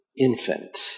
infant